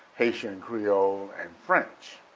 haitian creole, and french.